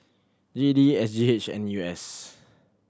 G E D S G H N U S